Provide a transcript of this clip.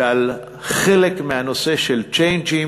ועל חלק מהנושא של הצ'יינג'ים,